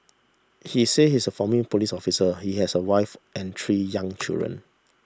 he said he's a former police officer he has a wife and three young children